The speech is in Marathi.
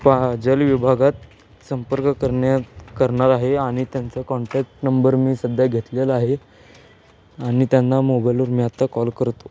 पा जल विभागात संपर्क करण्यात करणार आहे आणि त्यांचा कॉन्टॅक्ट नंबर मी सध्या घेतलेला आहे आणि त्यांना मोबाईलवर मी आत्ता कॉल करतो